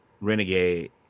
Renegade